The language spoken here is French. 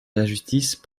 d’injustice